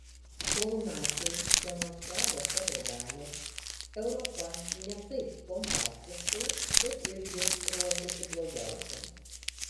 kol naciai demonstravo savo galią europa ne taip pompastiškai bet irgi ruošėsi blogiausiam